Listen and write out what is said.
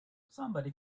somebody